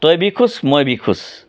তই ভি খুচ মই ভি খুচ